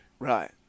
right